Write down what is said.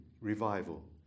revival